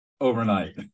overnight